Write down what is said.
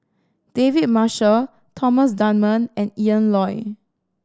David Marshall Thomas Dunman and Ian Loy